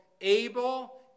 able